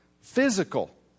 physical